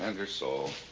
and your soul.